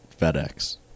FedEx